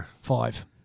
Five